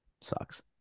sucks